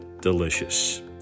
delicious